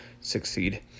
succeed